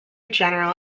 general